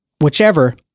whichever